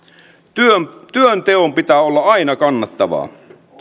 työnteon työnteon pitää olla aina kannattavaa